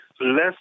less